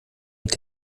mit